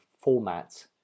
format